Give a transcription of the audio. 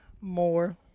more